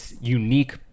unique